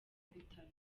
bitaro